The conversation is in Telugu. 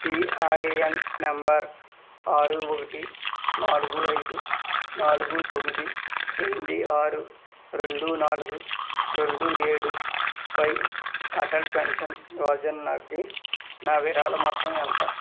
పిఆర్ఏఎన్ నంబరు ఆరు ఒకటి నాలుగు ఐదు నాలుగు తొమ్మిది ఎనిమిది ఆరు రెండు నాలుగు రెండు ఏడు పై అటల్ పెన్షన్ యోజనాకి నా విరాళం మొత్తం ఎంత